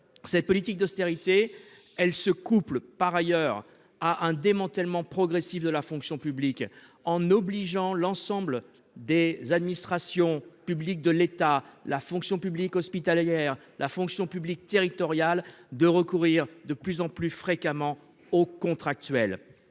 Cette politique d'austérité elle ce couple par ailleurs à un démantèlement progressif de la fonction publique en obligeant l'ensemble des administrations publiques de l'État, la fonction publique hospitalière, la fonction publique territoriale de recourir de plus en plus fréquemment aux contractuels.